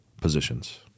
positions